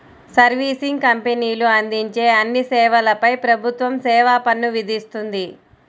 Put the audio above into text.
servicing కంపెనీలు అందించే అన్ని సేవలపై ప్రభుత్వం సేవా పన్ను విధిస్తుంది